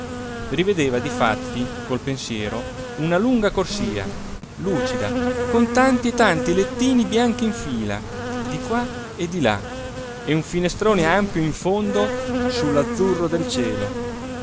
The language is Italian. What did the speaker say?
rivedeva difatti col pensiero una lunga corsia lucida con tanti e tanti lettini bianchi in fila di qua e di là e un finestrone ampio in fondo sull'azzurro del cielo